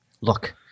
Look